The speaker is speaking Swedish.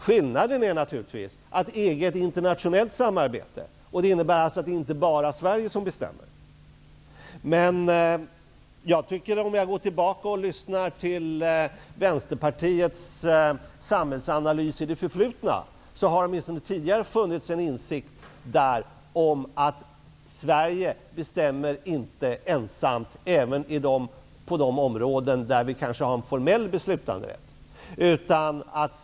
Skillnaden är naturligtvis att EG utgör ett internationellt samarbete, vilket innebär att det inte bara är Sverige som bestämmer. I den samhällsanalys som Vänsterpartiet gjorde i det förflutna fanns en insikt om att Sverige inte bestämmer ensamt, inte ens på de områden där vi kanske har en formell beslutanderätt.